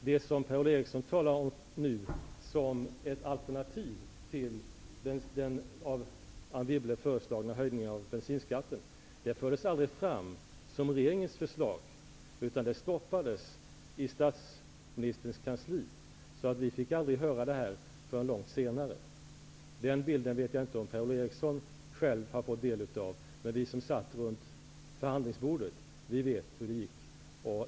Det som Per-Ola Eriksson nu talar om som ett alternativ till den av Anne Wibble föreslagna höjningen av bensinskatten fördes aldrig fram som regeringens förslag. Det stoppades i statsministerns kansli. Vi fick inte höra det här förrän långt senare. Jag vet inte om Per-Ola Eriksson känner till det här, men vi som satt runt förhandlingsbordet vet hur det gick till.